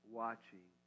watching